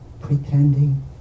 pretending